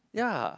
ya